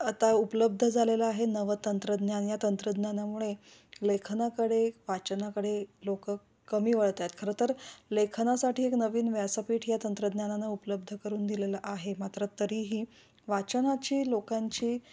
आता उपलब्ध झालेला आहे नव तंत्रज्ञान या तंत्रज्ञानामुळे लेखनाकडे वाचनाकडे लोकं कमी वळतायेत खरं तर लेखनासाठी एक नवीन व्यासपीठ या तंत्रज्ञानानं उपलब्ध करून दिलेलं आहे मात्र तरीही वाचनाची लोकांची